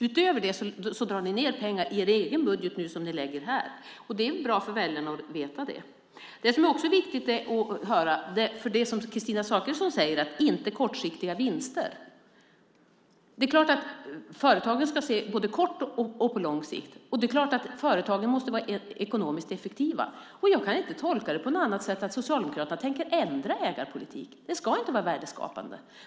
Utöver det drar ni ned pengar i er egen budget nu som ni lägger fram här. Det är bra för väljarna att veta det. Kristina Zakrisson säger att man inte behöver ha kortsiktiga vinster. Det är klart att företagen ska se på både kort och lång sikt. Det är klart att företagen måste vara ekonomiskt effektiva. Jag kan inte tolka det på något annat sätt än att Socialdemokraterna tänker ändra ägarpolitiken. Den ska inte vara värdeskapande.